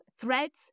Threads